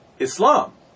Islam